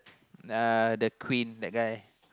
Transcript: uh the Queen that guy